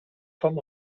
vom